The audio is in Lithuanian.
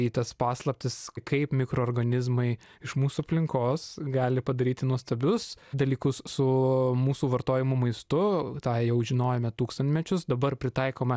į tas paslaptis kaip mikroorganizmai iš mūsų aplinkos gali padaryti nuostabius dalykus su mūsų vartojamu maistu tą jau žinojome tūkstantmečius dabar pritaikoma